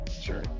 Sure